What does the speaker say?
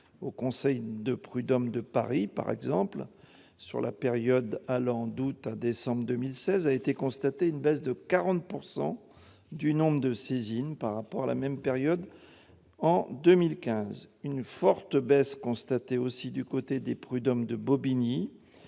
Au conseil de prud'hommes de Paris, durant la période allant d'août à décembre 2016, a été constatée une baisse de 40 % du nombre de saisines par rapport à la même période en 2015. Une forte baisse est aussi constatée du côté des prud'hommes de Bobigny,